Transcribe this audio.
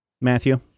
Matthew